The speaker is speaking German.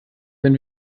wenn